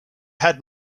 had